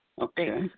Okay